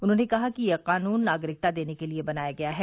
उन्होंने कहा कि यह कानून नागरिकता देने के लिए बनाया गया है